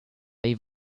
they